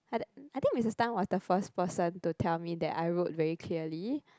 I thi~ I think Missus Tan was the first person to tell me that I wrote very clearly